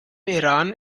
iran